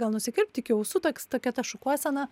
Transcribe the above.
gal nusikirpt iki ausų toks tokia ta šukuosena